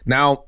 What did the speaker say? Now